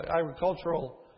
agricultural